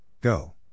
Go